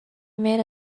made